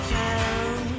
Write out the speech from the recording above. town